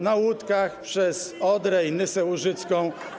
Na łódkach przez Odrę i Nysę Łużycką.